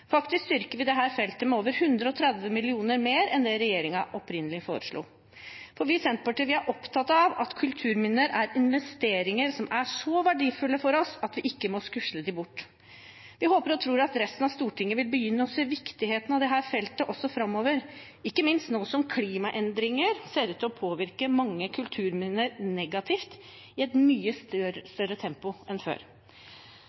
Faktisk styrker vi dette feltet med over 130 mill. kr mer enn det regjeringen opprinnelig foreslo, for vi i Senterpartiet er opptatt av at kulturminner er investeringer som er så verdifulle for oss at vi ikke må skusle dem bort. Vi håper og tror at resten av Stortinget vil begynne å se viktigheten av dette feltet også framover, ikke minst nå som klimaendringer ser ut til å påvirke mange kulturminner negativt i et mye større